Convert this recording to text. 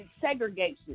Segregation